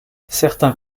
certains